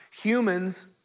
humans